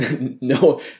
No